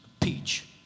peach